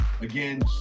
again